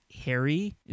Harry